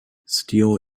steel